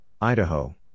Idaho